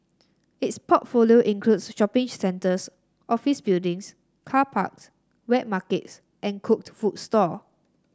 its portfolio includes shopping centres office buildings car parks wet markets and cooked food stalls